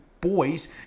boys